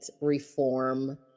reform